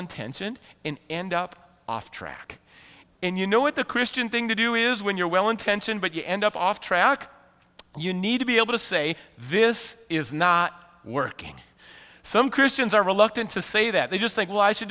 intentioned in end up off track and you know what the christian thing to do is when you're well intentioned but you end up off track you need to be able to say this is not working some christians are reluctant to say that they just think well i should